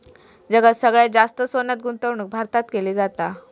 जगात सगळ्यात जास्त सोन्यात गुंतवणूक भारतात केली जाता